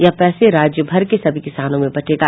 यह पैसे राज्य भर के सभी किसानों में बंटेगा